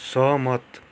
सहमत